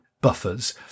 buffers